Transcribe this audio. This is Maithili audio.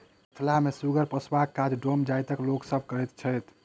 मिथिला मे सुगर पोसबाक काज डोम जाइतक लोक सभ करैत छैथ